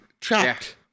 trapped